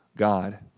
God